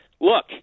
look